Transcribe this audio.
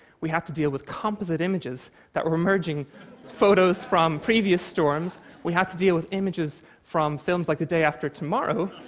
we had to deal with composite images that were merging photos from previous storms. we had to deal with images from films like the day after tomorrow.